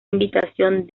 invitación